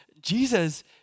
Jesus